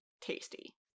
tasty